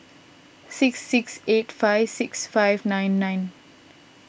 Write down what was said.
six six eight five six five nine nine